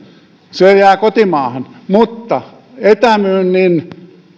se jää kotimaahan mutta etämyynnin